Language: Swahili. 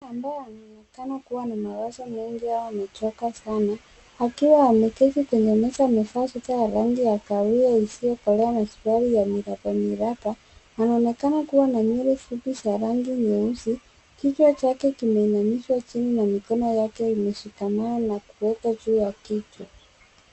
Mtu ambaye anaonekana kuwa na mawazo mengi au amechoka sana akiwa ameketi kwenye meza amevaa shati ya rangi ya kahawia isiyokolea na suruali enye miraba miraba. Anaonekana kuwa na nywele fupi za rangi nyeusi. Kichwa chake kimeinamishwa chini na mikono yake imeshikana na kuwekwa juu ya kichwa.